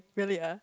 really ah